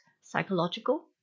psychological